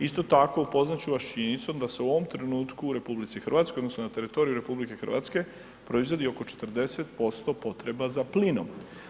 Isto tako upoznat ću vas s činjenicom da se u ovom trenutku u RH odnosno na teritoriju RH proizvodi oko 40% potreba za plinom.